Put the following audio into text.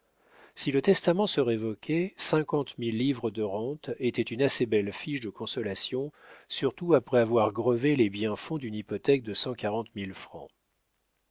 si le testament se révoquait cinquante mille livres de rente étaient une assez belle fiche de consolation surtout après avoir grevé les biens-fonds d'une hypothèque de cent quarante mille francs